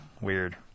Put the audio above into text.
weird